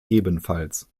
ebenfalls